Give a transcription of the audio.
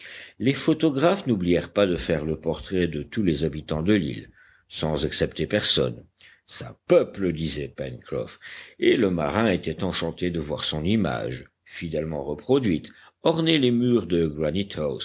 les photographes n'oublièrent pas de faire le portrait de tous les habitants de l'île sans excepter personne ça peuple disait pencroff et le marin était enchanté de voir son image fidèlement reproduite orner les murs de